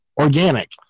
organic